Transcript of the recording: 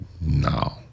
No